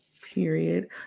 Period